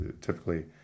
typically